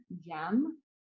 gem